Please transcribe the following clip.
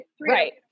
right